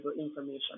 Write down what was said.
information